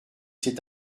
s’est